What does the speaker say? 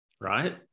right